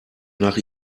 nach